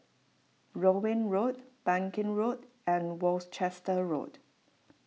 Rowell Road Bangkit Road and Worcester Road